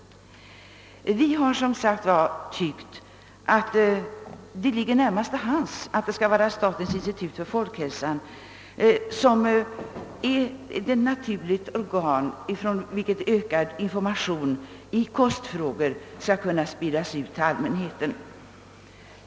Vi har som sagt tyckt att statens institut för folkhälsan naturligen är det organ från vilket information i kostfrågor skall spridas ut till allmänheten.